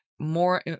more